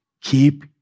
Keep